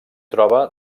troba